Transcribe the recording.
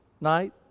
night